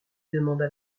demanda